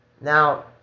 Now